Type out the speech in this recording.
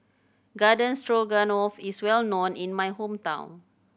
Garden Stroganoff is well known in my hometown